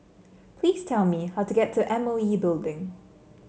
please tell me how to get to M O E Building